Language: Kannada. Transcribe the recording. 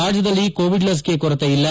ರಾಜ್ಯದಲ್ಲಿ ಕೋವಿಡ್ ಲಸಿಕೆ ಕೊರತೆ ಇಲ್ಲ